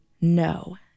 No